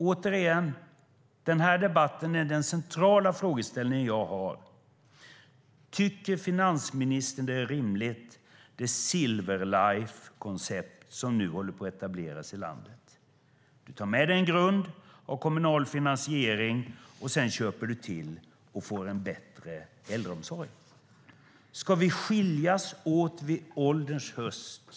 Återigen är min centrala frågeställning i den här debatten: Tycker finansministern att det Silver Life-koncept som nu håller på att etableras i landet är rimligt? Du tar med dig en grund av kommunal finansiering och köper sedan till dig och får en bättre äldreomsorg. Ska vi särskiljas på ålderns höst?